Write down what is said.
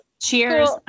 Cheers